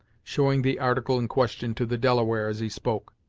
showing the article in question to the delaware, as he spoke,